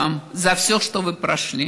(אומרת דברים בשפה הרוסית.)